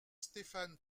stéphane